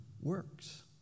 works